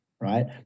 right